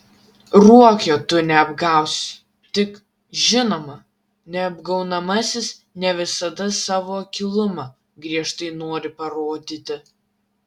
ruokio tu neapgausi tik žinoma neapgaunamasis ne visada savo akylumą griežtai nori parodyti